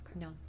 No